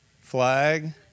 flag